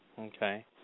Okay